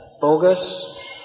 bogus